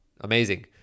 Amazing